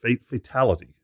Fatality